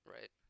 right